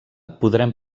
podrem